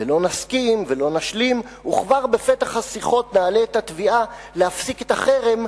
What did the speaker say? ולא נסכים ולא נשלים וכבר בפתח השיחות נעלה את התביעה להפסיק את החרם,